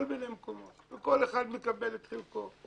כל מיני מקומות, וכל אחד מקבל את חלקו.